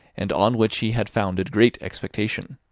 and on which he had founded great expectation.